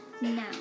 Now